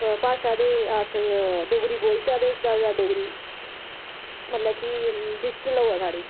भाशा ते अस डोगरी बोलचे ते अस डोगरी मतलब कि डिजिटल होवै साढ़ी